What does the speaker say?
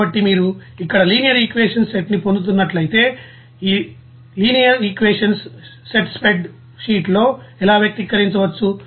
కాబట్టి మీరు ఇక్కడ లినియర్ ఈక్వేషన్స్ సెట్ ని పొందుతున్నట్లయితే ఈలినియర్ ఈక్వేషన్స్ సెట్ స్ప్రెడ్ షీట్ లో ఎలా వ్యక్తీకరించవచ్చు